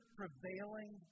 prevailing